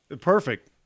perfect